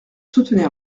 soutenir